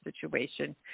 situation